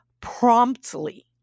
promptly